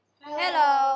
Hello